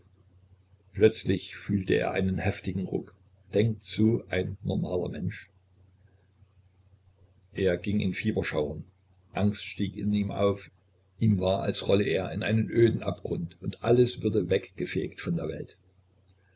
plötzlich fühlte er einen heftigen ruck denkt so ein normaler mensch er ging in fieberschauern angst stieg in ihm auf ihm war als rolle er in einen öden abgrund und alles würde weggefegt von der welt